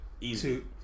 Easy